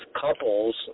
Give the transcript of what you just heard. couples